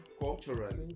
Culturally